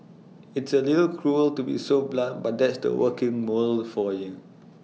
it's A little cruel to be so blunt but that's the working world for you